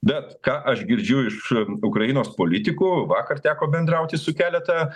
bet ką aš girdžiu iš ukrainos politikų vakar teko bendrauti su keleta